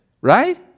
Right